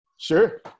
Sure